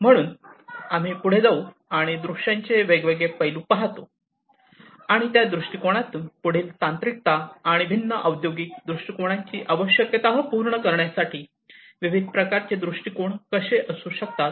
म्हणून आम्ही पुढे जाऊ आणि दृश्यांचे वेगवेगळे पैलू पाहतो आणि त्या दृष्टीकोनातून पुढील तांत्रिकता आणि भिन्न औद्योगिक दृष्टिकोनांची आवश्यकता पूर्ण करण्यासाठी विविध प्रकारचे दृष्टिकोन कसे असू शकतात